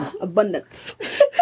Abundance